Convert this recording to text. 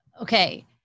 okay